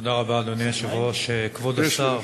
תודה רבה, אדוני היושב-ראש, כבוד השר,